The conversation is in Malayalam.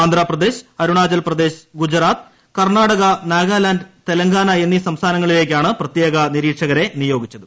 ആന്ധ്രപ്രദേശ് അരുണാചൽപ്രദേശ് ഗുജറാത്ത കർണാടക നാഗാലാൻഡ് തെലങ്കാന എന്നീ സംസ്ഥാനങ്ങളിലേക്കാണ് പ്രത്യേക നിരീക്ഷകരെ നിയോഗിച്ചത്